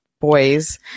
boys